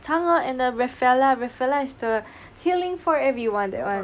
change and the rafaela rafaela is the healing for everyone that one